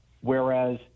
Whereas